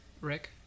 Rick